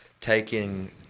taking